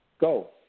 Go